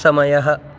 समयः